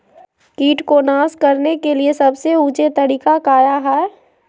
किट को नास करने के लिए सबसे ऊंचे तरीका काया है?